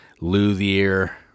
Luthier